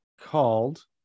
called